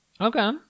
Okay